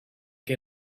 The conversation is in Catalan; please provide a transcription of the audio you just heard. que